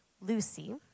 Lucy